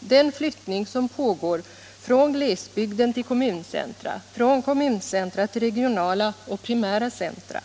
Den flyttning som pågår från glesbygden till kommuncentra och från kommuncentra till regionala och primära centra